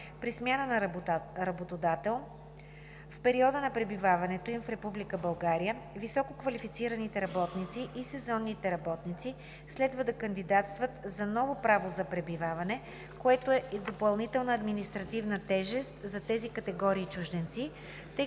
При смяна на работодател в периода на пребиваването им в Република България висококвалифицираните работници и сезонните работници следва да кандидатстват за ново право за пребиваване, което е допълнителна административна тежест за тези категории чужденци,